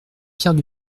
pierre